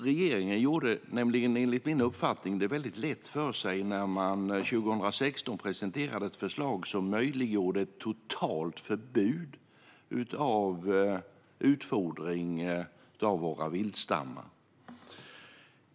Regeringen gjorde det nämligen, enligt min uppfattning, mycket lätt för sig när man 2016 presenterade ett förslag som möjliggjorde ett totalt förbud av utfodring av våra viltstammar.